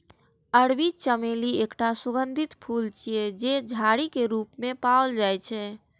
अरबी चमेली एकटा सुगंधित फूल छियै, जे झाड़ी के रूप मे पाओल जाइ छै